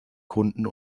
kunden